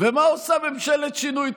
ומה עושה ממשלת השינוי?